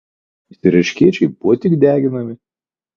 tuo tarpu usnys ir erškėčiai buvo tik deginami